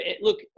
look